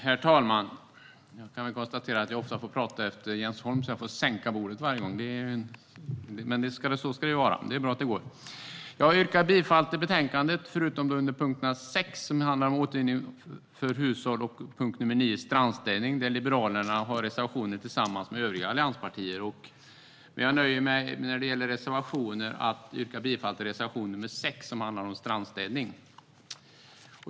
Herr talman! Jag får ofta prata efter Jens Holm och får sänka bordet varje gång, men så ska det vara - det är bra att det går. Jag yrkar bifall till förslaget i betänkandet, utom under punkt 6, om återvinning för hushåll, och punkt 9 om strandstädning, där Liberalerna har reservationer tillsammans med övriga allianspartier. När det gäller reservationer nöjer jag mig med att yrka bifall till reservation 6, som handlar om strandstädning.